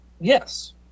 Yes